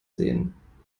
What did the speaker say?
sehen